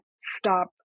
stop